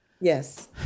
Yes